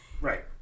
Right